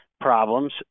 problems